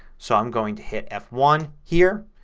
so i'm going to hit f one here.